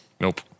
Nope